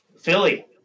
Philly